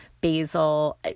basil